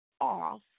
off